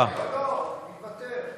לא, אני מוותר.